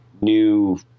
new